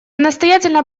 настоятельно